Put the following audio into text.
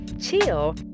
chill